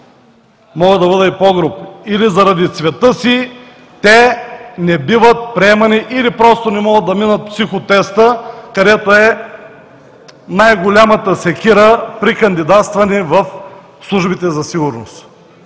мога да бъда и по-груб, или заради цвета си, те не биват приемани или просто не могат да минат психотеста, където е най-голяма секира при кандидатстване в службите за сигурност.